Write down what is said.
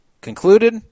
concluded